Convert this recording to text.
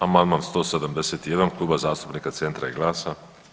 Amandman 171 Kluba zastupnika Centra i GLAS-a.